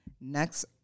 next